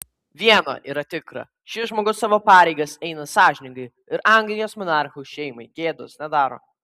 viena yra tikra šis žmogus savo pareigas eina sąžiningai ir anglijos monarchų šeimai gėdos nedaro